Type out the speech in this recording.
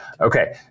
okay